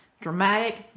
dramatic